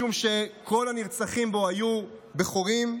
משום שכל הנרצחים בו היו בכורים,